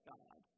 God